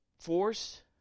force